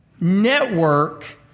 network